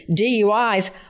DUIs